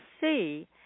see